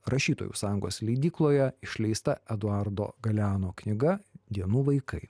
rašytojų sąjungos leidykloje išleista eduardo galeano knyga dienų vaikai